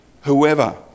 Whoever